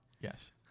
Yes